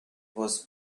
was